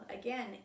Again